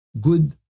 good